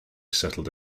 settled